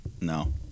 No